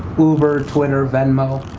uber, twitter, venmo,